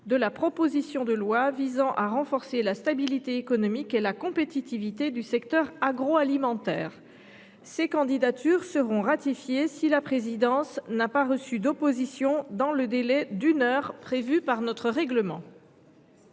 de la proposition de loi visant à renforcer la stabilité économique et la compétitivité du secteur agroalimentaire. Ces candidatures seront ratifiées si la présidence n’a pas reçu d’opposition dans le délai d’une heure prévu par notre règlement.